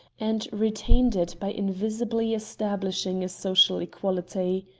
and retained it by invisibly establishing a social equality.